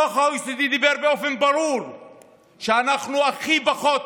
דוח ה-OECD הראה באופן ברור שאנחנו הכי פחות